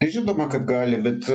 žinoma kad gali bet